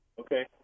Okay